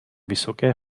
vysoké